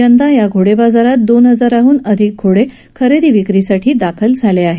यंदा या घोडे बाजारात दोन हजारांहन अधिक घोडे खरेदी विक्री साठी दाखल झाले आहेत